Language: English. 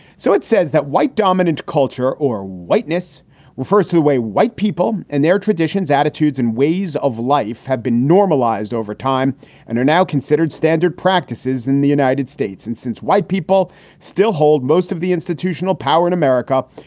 so it says that white dominant culture or whiteness refers to the way white people and their traditions, attitudes and ways of life have been normalized over time and are now considered standard practices in the united states. and since white people still hold most of the institutional power in america.